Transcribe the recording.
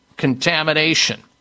contamination